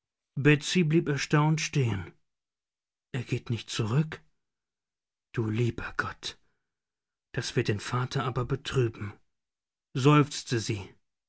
blieb erstaunt stehen er geht nicht zurück du lieber gott das wird den vater aber betrüben seufzte sie